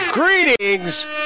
Greetings